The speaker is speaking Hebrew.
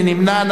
מי נמנע?